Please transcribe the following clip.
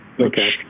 Okay